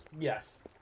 Yes